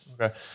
Okay